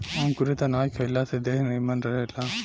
अंकुरित अनाज खइला से देह निमन रहेला